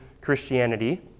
Christianity